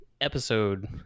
episode